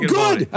good